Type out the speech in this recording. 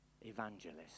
evangelist